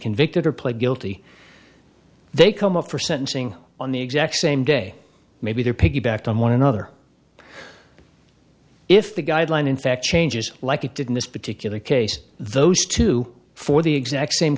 convicted or pled guilty they come up for sentencing on the exact same day maybe there piggybacked on one another if the guideline in fact changes like it did in this particular case those two for the exact same